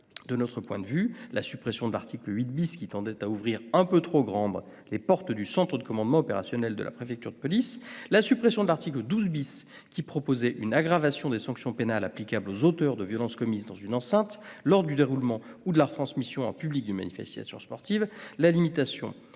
avancées notables : suppression de l'article 8 , qui tendait à ouvrir un peu trop grandes les portes du centre de commandement opérationnel de la préfecture de police ; suppression de l'article 12 , qui prévoyait l'aggravation des sanctions pénales applicables aux auteurs de violences commises dans une enceinte lors du déroulement ou de la retransmission en public d'une manifestation sportive ; enfin, limitation